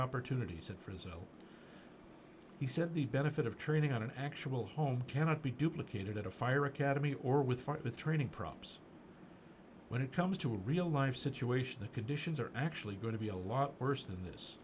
opportunities that for his own he said the benefit of training on an actual home cannot be duplicated at a fire academy or with heart with training props when it comes to a real life situation the conditions are actually going to be a lot worse than this